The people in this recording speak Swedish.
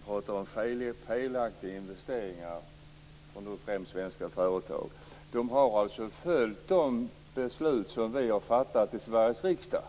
talar om felaktiga investeringar från främst svenska företag. De har alltså följt de beslut som vi har fattat i Sveriges riksdag.